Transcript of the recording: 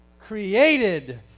created